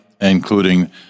including